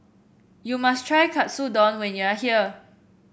you must try Katsudon when you are here